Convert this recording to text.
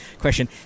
question